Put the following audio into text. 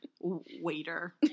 waiter